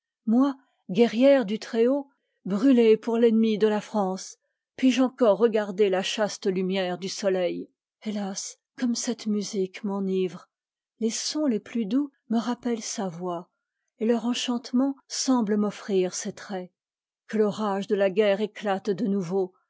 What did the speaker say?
moi guerrière du très-haut brûler pour l'ennemi de la france puis-je encore re garder la chaste lumière du soleil hélas comme cette musique m'enivre les k sons les plus doux me rappellent sa voix et leur a enchantement semble m'offrir ses traits que k l'orage de la guerre éclate de nouveau